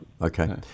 okay